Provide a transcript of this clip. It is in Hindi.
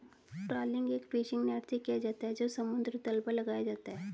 ट्रॉलिंग एक फिशिंग नेट से किया जाता है जो समुद्र तल पर लगाया जाता है